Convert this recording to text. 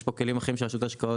יש כלים אחרים של רשות ההשקעות,